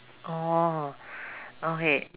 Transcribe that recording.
orh okay